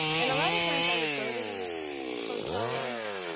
and a lotta times i would go to these hotel rooms